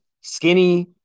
skinny